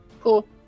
Cool